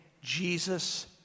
Jesus